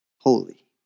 holy